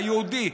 היהודי,